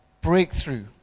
breakthrough